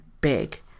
big